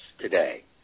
today